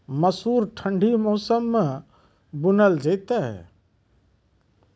मसूर ठंडी मौसम मे बूनल जेतै?